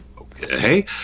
Okay